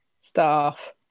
staff